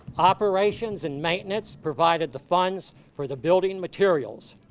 operations and maintenance provided the funds for the building materials.